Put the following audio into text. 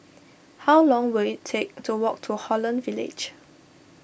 how long will it take to walk to Holland Village